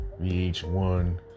VH1